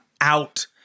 out